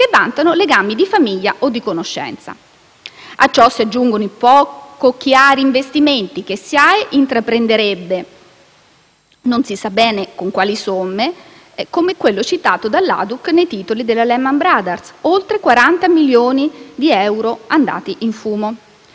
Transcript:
che vantano legami di famiglia o di conoscenza. A ciò si aggiungano i poco chiari investimenti che la SIAE intraprenderebbe, non si sa bene con quali somme, come quello citato dall'ADUC nei titoli della Lehman Brothers: oltre 40 milioni di euro andati in fumo.